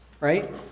right